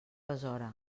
besora